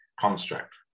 construct